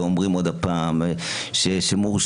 ואומרים עוד הפעם שמורשע,